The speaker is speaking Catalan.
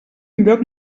lloc